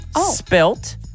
spelt